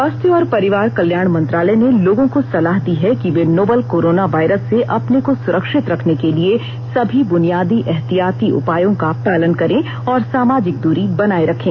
स्वास्थ्य और परिवार कल्याण मंत्रालय ने लोगों को सलाह दी है कि वे नोवल कोरोना वायरस से अपने को सुरक्षित रखने के लिए सभी ब्रुनियादी एहतियाती उपायों का पालन करें और सामाजिक दूरी बनाए रखें